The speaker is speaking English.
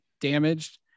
damaged